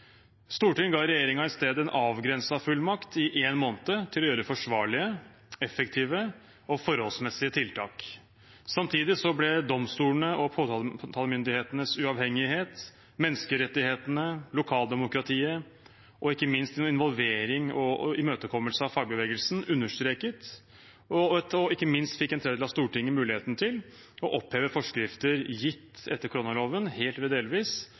Stortinget ga i stedet regjeringen en avgrenset fullmakt i én måned til å gjøre forsvarlige, effektive og forholdsmessige tiltak. Samtidig ble domstolenes og påtalemyndighetenes uavhengighet, menneskerettighetene, lokaldemokratiet og ikke minst en involvering og imøtekommelse av fagbevegelsen understreket. Ikke minst fikk en tredjedel av Stortinget muligheten til helt eller delvis å oppheve forskrifter gitt etter